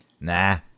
Nah